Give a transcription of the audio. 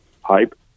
hype